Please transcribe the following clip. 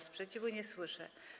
Sprzeciwu nie słyszę.